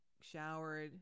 showered